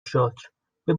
شکر، به